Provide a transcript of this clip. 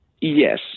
Yes